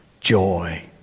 joy